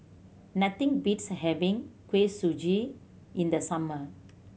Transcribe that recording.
nothing beats having Kuih Suji in the summer